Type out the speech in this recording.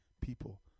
People